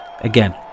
again